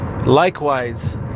Likewise